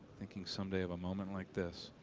thinking someday of a moment like this.